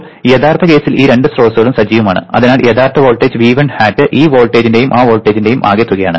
ഇപ്പോൾ യഥാർത്ഥ കേസിൽ ഈ രണ്ട് സ്രോതസ്സുകളും സജീവമാണ് അതിനാൽ യഥാർത്ഥ വോൾട്ടേജ് V1 hat ഈ വോൾട്ടേജിന്റെയും ആ വോൾട്ടേജിന്റെയും ആകെത്തുകയാണ്